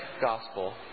gospel